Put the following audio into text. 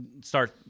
start